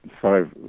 five